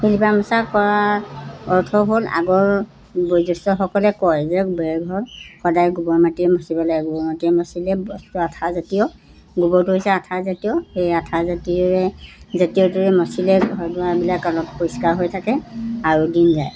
লিপা মচা কৰা অৰ্থ হ'ল আগৰ বয়োজ্যষ্ঠসকলে কয় যে বেৰ ঘৰ সদায় গোবৰ মাটিয়ে মচিব লাগে গোবৰ মাটিয়ে মচিলে বস্তু আঠা জাতীয় গোবৰটো হৈছে আঠা জাতীয় সেই আঠা জাতীয় জাতীয় মচিলে ঘৰ দুৱাৰবিলাক অলপ পৰিষ্কাৰ হৈ থাকে আৰু দিন যায়